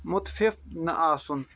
مُتفِف نہٕ آسُن